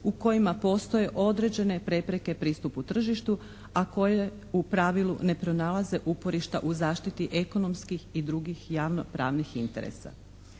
u kojima postoje određene prepreke pristupu tržištu, a koje u pravilu ne pronalaze uporišta u zaštiti ekonomskih i drugih javnopravnih interesa.